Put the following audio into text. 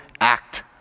act